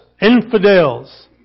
infidels